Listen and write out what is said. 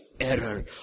error